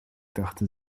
dachte